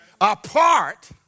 apart